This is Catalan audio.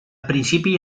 principi